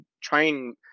trying